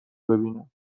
ببینم